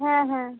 হ্যাঁ হ্যাঁ